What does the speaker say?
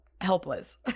helpless